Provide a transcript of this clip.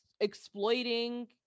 exploiting